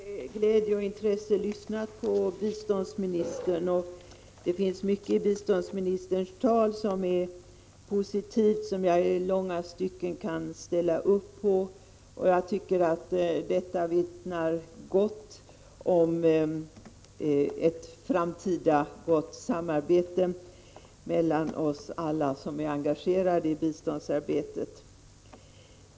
Fru talman! Jag har med glädje och intresse lyssnat på biståndsministern, och det finns mycket i biståndsministerns tal som är positivt och som jag i långa stycken kan ställa upp på. Jag tycker att detta lovar gott för det framtida samarbetet mellan oss alla som är engagerade i biståndsarbetet.